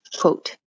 quote